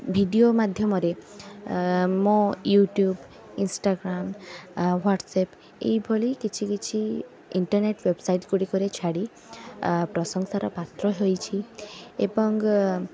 video ମାଧ୍ୟମରେ ମୋ YouTube Instagram WhatsApp ଏଇଭଳି କିଛି କିଛି ଇଣ୍ଟରନେଟ୍ ୱେବସାଇଟ୍ ଗୁଡ଼ିକରେ ଛାଡ଼ି ପ୍ରଶଂସାର ପାତ୍ର ହୋଇଛି ଏବଂ